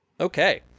Okay